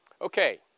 Okay